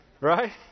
Right